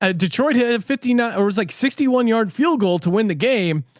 ah detroit hit and fifty nine, or it was like sixty one yard field goal to win the game.